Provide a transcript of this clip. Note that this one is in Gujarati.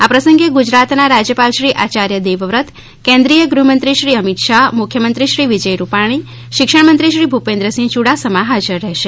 આ પ્રસંગે ગુજરાતના રાજ્યપાલ શ્રી આયાર્ય દેવવ્રત કેન્દ્રીય ગૃહમંત્રી શ્રી અમિત શાહ મુખ્યમંત્રી શ્રી વિજય રૂપાણી શિક્ષણ મંત્રી શ્રી ભૂપેન્દ્રસિહ યૂડાસમા હાજર રહેશે